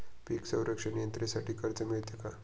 पीक संरक्षण यंत्रणेसाठी कर्ज मिळते का?